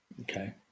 Okay